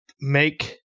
make